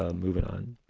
ah moving on